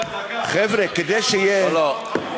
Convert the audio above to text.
חבר'ה, כדי שיהיה, קסניה, לא, לא.